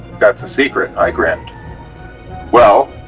that's a secret, i grinned well,